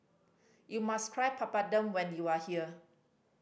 you must try Papadum when you are here